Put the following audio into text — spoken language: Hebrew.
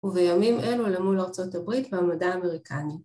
ובימים אלו למול ארה״ב והמדע האמריקני.